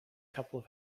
couple